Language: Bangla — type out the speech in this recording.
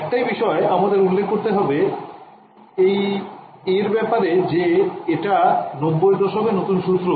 একটাই বিষয় আমায় উল্লেখ করতে হবে এই এর ব্যপারে যে এটা ৯০ এর দশকের নতুন সূত্র